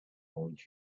haunt